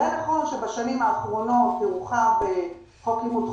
זה התחום שבשנים האחרונות הורחב חוק לימוד חובה,